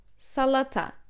Salata